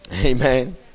Amen